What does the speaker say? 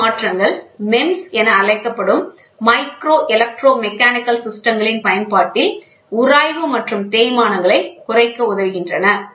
இந்த மாற்றங்கள் MEMS என அழைக்கப்படும் மைக்ரோ எலக்ட்ரோ மெக்கானிக்கல் சிஸ்டங்களின் பயன்பாட்டில் உராய்வு மற்றும் தேய்மானங்களை குறைக்க உதவுகின்றன